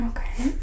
Okay